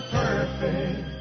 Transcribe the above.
perfect